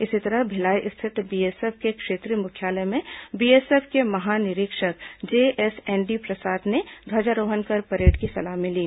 इसी तरह भिलाई स्थित बीएसएफ के क्षेत्रीय मुख्यालय में बीएसएफ के महानिरीक्षक जेएसएनडी प्रसाद ने ध्वजारोहण कर परेड की सलामी ली